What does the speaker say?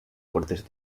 cortes